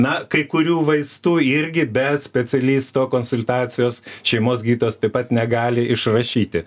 na kai kurių vaistų irgi be specialisto konsultacijos šeimos gydytojas taip pat negali išrašyti